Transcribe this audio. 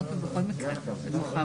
התקנות בכל מקרה נכנסות לתוקף הלילה בחצות.